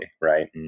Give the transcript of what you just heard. right